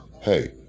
hey